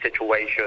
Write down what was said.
situation